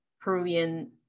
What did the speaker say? Peruvian